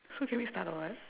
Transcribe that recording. so can we start or what